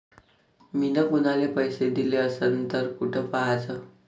मिन कुनाले पैसे दिले असन तर कुठ पाहाचं?